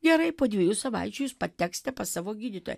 gerai po dviejų savaičių jūs pateksite pas savo gydytoją